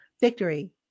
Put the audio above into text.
victory